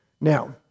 Now